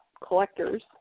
collectors